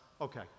okay